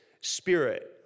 spirit